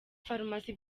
farumasi